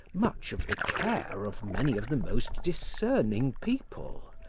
much of the care of many of the most discerning people,